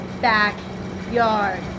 backyard